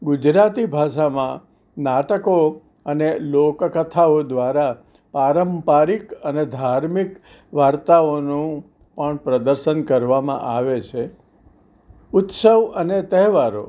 ગુજરાતી ભાષામાં નાટકો અને લોકકથાઓ દ્વારા પારંપારિક અને ધાર્મિક વાર્તાઓનું પણ પ્રદર્શન કરવામાં આવે છે ઉત્સવ અને તહેવારો